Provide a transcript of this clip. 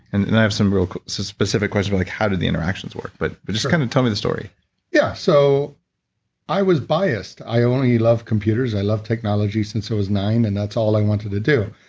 and and i have some specific questions like how did the interactions work, but but just kind of tell me the story yeah, so i was biased. i only love computers. i love technology since i was nine and that's all i wanted to do.